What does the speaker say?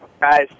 guys